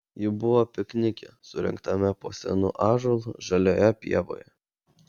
ji buvo piknike surengtame po senu ąžuolu žalioje pievoje